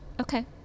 Okay